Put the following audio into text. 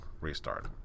restart